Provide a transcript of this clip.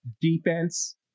defense